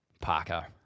Parker